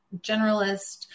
generalist